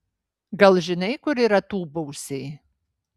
gal žinai kur yra tūbausiai